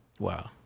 Wow